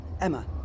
Emma